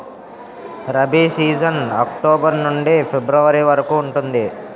rabi season October నుండి February వరకు ఉంటుంది